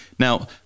Now